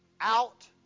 out